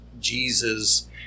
Jesus